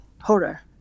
horror